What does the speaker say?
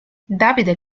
davide